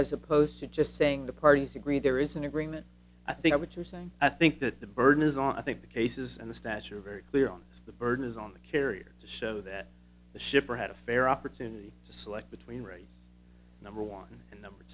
as opposed to just saying the parties agreed there is an agreement i think what you're saying i think that the burden is on i think the cases and the stature very clear on this the burden is on the carrier to show that the shipper had a fair opportunity to select between rates number one and number